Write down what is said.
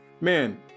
Man